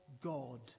God